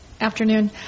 afternoon